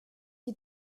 die